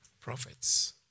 prophets